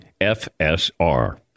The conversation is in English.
FSR